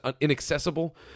inaccessible